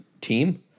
team